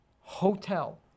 hotel